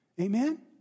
Amen